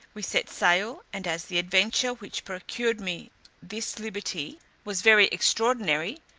we set sail, and as the adventure which procured me this liberty was very extraordinary,